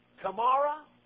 Tomorrow